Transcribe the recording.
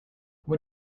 what